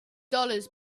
dollars